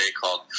called